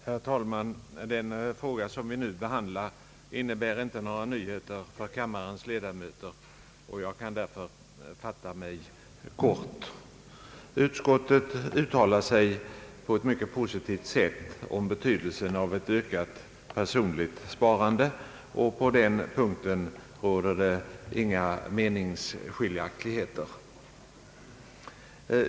Herr talman! Den fråga som vi nu behandlar innebär inte några nyheter för kammarens ledamöter, och jag kan därför fatta mig kort. Utskottet uttalar sig på ett mycket positivt sätt om betydelsen av ett ökat personligt sparande. På den punkten råder inga meningsskiljaktigheter.